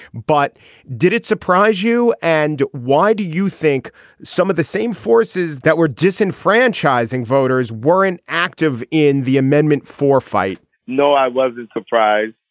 but did it surprise you. and why do you think some of the same forces that were disenfranchising voters were in active in the amendment for fight no i wasn't surprised.